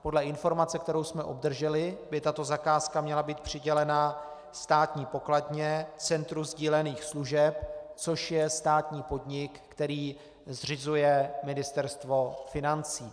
Podle informace, kterou jsme obdrželi, by tato zakázka měla být přidělena Státní pokladně Centru sdílených služeb, což je státní podnik, který zřizuje Ministerstvo financí.